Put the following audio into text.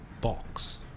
box